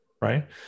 Right